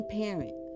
parent